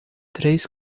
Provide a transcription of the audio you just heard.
três